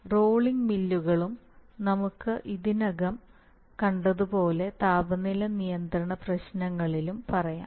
rolling മില്ലുകളിലും നമുക്ക് ഇതിനകം കണ്ടതുപോലെ താപനില നിയന്ത്രണ പ്രശ്നങ്ങളിലും പറയാം